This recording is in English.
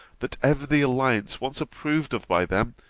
that ever the alliance once approved of by them,